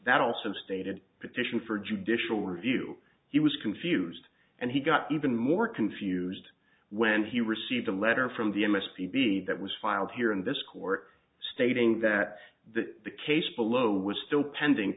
that also stated petition for judicial review he was confused and he got even more confused when he received a letter from the m s p b that was filed here in this court stating that the case below was still pending